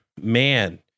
man